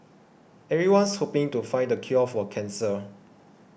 everyone's hoping to find the cure for cancer